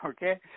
Okay